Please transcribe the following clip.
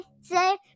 say